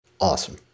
awesome